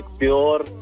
pure